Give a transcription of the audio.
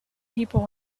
people